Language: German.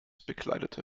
bekleidete